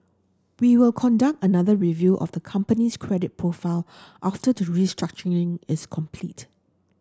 we will conduct another review of the company's credit profile after the restructuring is complete